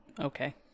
Okay